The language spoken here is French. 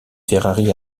ferrari